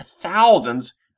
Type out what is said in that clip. thousands